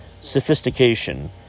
sophistication